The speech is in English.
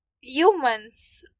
humans